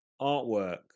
artwork